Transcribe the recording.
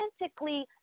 authentically